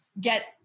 get